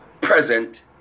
present